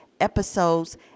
episodes